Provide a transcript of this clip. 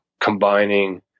combining